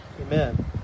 Amen